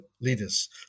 leaders